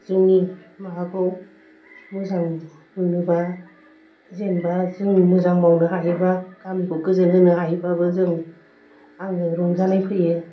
जोंनि माबाखौ मोजां मोनोबा जेनेबा जों मोजां मावनो हायोबा गामिखौ गोजोन होनो हायोबाबो जों आङो रंजानाय फैयो